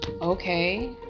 okay